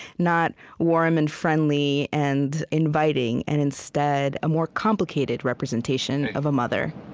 not warm and friendly and inviting and, instead, a more complicated representation of a mother